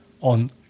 on